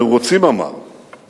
אנו רוצים", אמר,